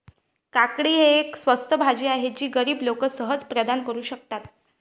काकडी ही एक स्वस्त भाजी आहे जी गरीब लोक सहज प्रदान करू शकतात